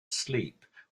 sleep